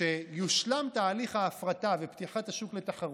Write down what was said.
כשיושלם תהליך ההפרטה ופתיחת השוק לתחרות,